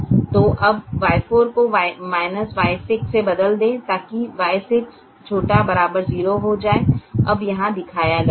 तो अब Y4 को Y6 से बदल दें ताकि Y6 ≤ 0 हो जाए अब यहाँ दिखाया गया है